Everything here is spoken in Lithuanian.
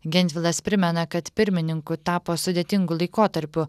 gentvilas primena kad pirmininku tapo sudėtingu laikotarpiu